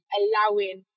allowing